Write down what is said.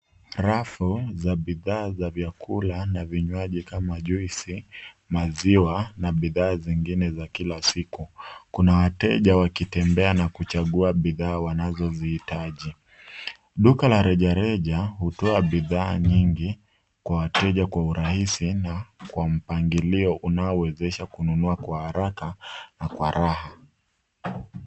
Rafu, za bidhaa za vyakula na vinywaji kama juisi, maziwa na bidhaa zingine za kila siku. Kuna wateja wakitembea na kuchagua bidhaa wanazozihitaji. Duka la rejareja, hutoa bidhaa nyingi kwa wateja kwa urahisi na kwa mpangilio unaowezesha kununua kwa haraka na kwa raha.